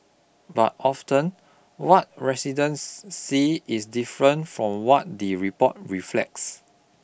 but often what residents see is different from what the report reflects